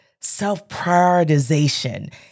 self-prioritization